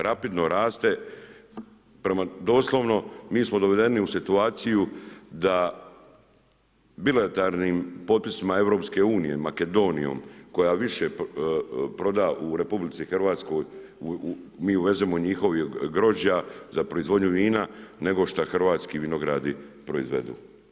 Rapidno raste, doslovno, mi smo dovedeni u situaciju, da bilijarnima potpisom EU, Makedonijom, koja više proda u RH, mi uvezemo njihovih grožđa za proizvodnju vina, nego što hrvatski vinogradi proizvedu.